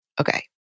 Okay